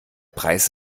preis